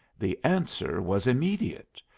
the answer was immediate.